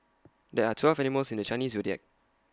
there are twelve animals in the Chinese Zodiac